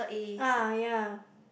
ah ya